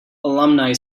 alumni